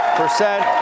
percent